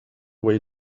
way